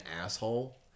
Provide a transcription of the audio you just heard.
asshole